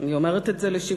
אני אומרת את זה לשבחך,